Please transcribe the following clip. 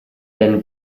ben